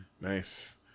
Nice